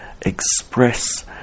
express